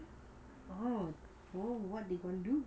oh what they gonna do